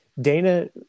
Dana